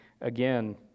again